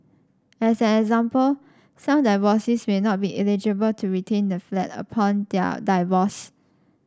as an example some divorcees may not be eligible to retain the flat upon their divorce